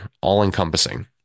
all-encompassing